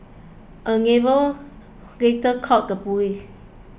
a neighbour later called the police